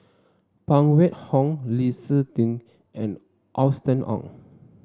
Phan Wait Hong Lee Seng Tee and Austen Ong